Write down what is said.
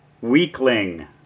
Weakling